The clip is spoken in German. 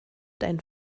dein